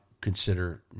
consider